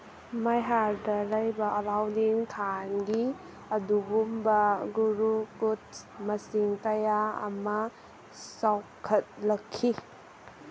ꯃꯥꯏꯍꯥꯔꯗ ꯂꯩꯕ ꯑꯂꯥꯎꯗꯤꯟ ꯈꯥꯟꯒꯤ ꯑꯗꯨꯒꯨꯝꯕ ꯒꯨꯔꯨꯀꯨꯠꯁ ꯃꯁꯤꯡ ꯀꯌꯥ ꯑꯃ ꯆꯥꯎꯈꯠꯂꯛꯈꯤ